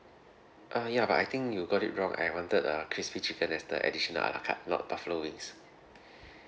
uh ya but I think you got it wrong I wanted uh crispy chicken as the additional a la carte not buffalo wings